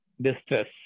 distress